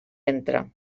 entre